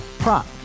Prop